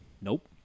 Nope